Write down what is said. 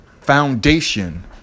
foundation